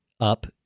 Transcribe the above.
up